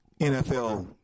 NFL